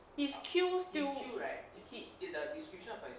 his kill still he